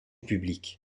public